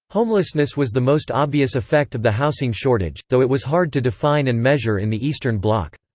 homelessness was the most obvious effect of the housing shortage, though it was hard to define and measure in the eastern bloc.